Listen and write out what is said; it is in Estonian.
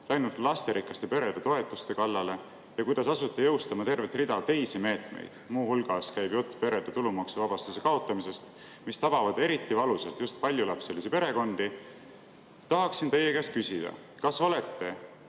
läinud lasterikaste perede toetuste kallale ja asunud jõustama tervet rida teisi meetmeid, muu hulgas käib jutt perede tulumaksuvabastuse kaotamisest, mis tabavad eriti valusalt just paljulapselisi perekondi, tahaksin teie käest küsida järgmist.